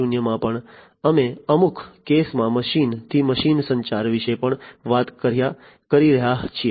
0 માં પણ અમે અમુક કેસમાં મશીન થી મશીન સંચાર વિશે પણ વાત કરી રહ્યા છીએ